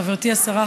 חברתי השרה,